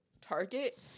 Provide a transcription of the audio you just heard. Target